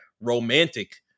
romantic